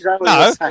No